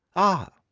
ah!